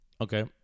Okay